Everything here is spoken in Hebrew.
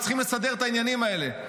וצריכים לסדר את העניינים האלה.